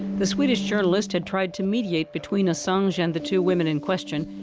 the swedish journalist had tried to mediate between assange and the two women in question,